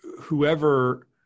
whoever